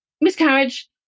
miscarriage